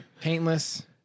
Paintless